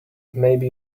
maybe